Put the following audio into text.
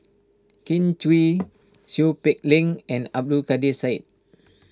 Kin Chui Seow Peck Leng and Abdul Kadir Syed